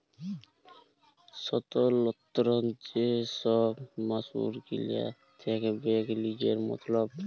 স্বতলত্র যে ছব মালুস গিলা থ্যাকবেক লিজের মতল